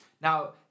Now